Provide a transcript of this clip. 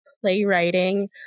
playwriting